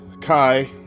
Kai